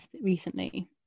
recently